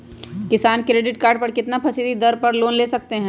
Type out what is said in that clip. किसान credit card कितना फीसदी दर पर लोन ले सकते हैं?